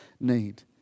need